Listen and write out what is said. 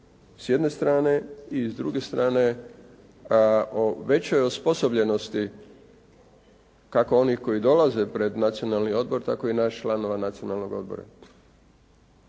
s jedne strane i s druge strane o većoj osposobljenosti kako onih koji dolaze pred Nacionalni odbor tako i naših članova Nacionalnog odbora.